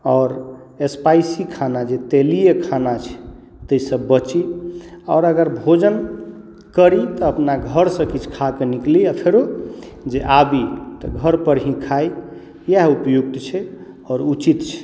आओर स्पाइसी खाना जे तेलीय खाना छै ताहि से बची आओर अगर भोजन करी तऽ अपना घर से किछु खाके निकली आ फेरो जे आबी तऽ घर पर ही खाइ इएह उपयुक्त छै आओर उचित छै